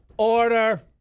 Order